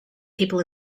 people